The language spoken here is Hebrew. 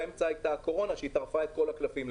באמצע הייתה הקורונה שטרפה למעשה את כל הקלפים.